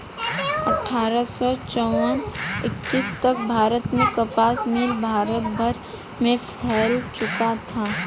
अट्ठारह सौ चौवन ईस्वी तक भारत में कपास मिल भारत भर में फैल चुका था